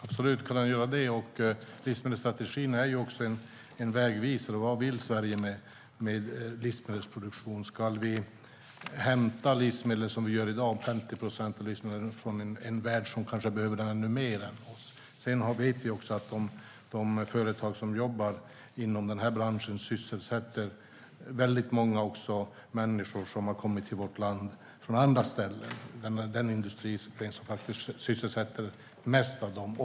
Fru talman! Absolut kan den göra det. Livsmedelsstrategin är en vägvisare. Vad vill Sverige med livsmedelsproduktionen? Ska vi hämta livsmedel, som vi gör i dag? Det innebär att vi hämtar 50 procent av livsmedlen från en värld som kanske behöver den mer än vi. Vi vet att de företag som jobbar inom denna bransch sysselsätter många människor som har kommit till vårt land från andra ställen. Den här industrin sysselsätter flest av dessa.